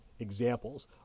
examples